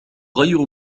غير